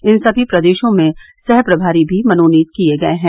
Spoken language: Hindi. इन सभी प्रदेशों में सह प्रभारी भी मनोनीत किए गये हैं